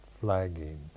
flagging